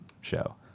show